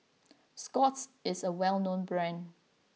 Scott's is a well known brand